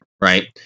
right